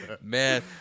Man